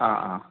ആ ആ